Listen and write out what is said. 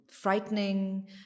frightening